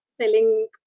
selling